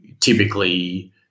typically